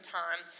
time